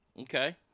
Okay